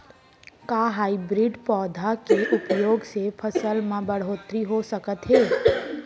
का हाइब्रिड पौधा के उपयोग से फसल म बढ़होत्तरी हो सकत हे?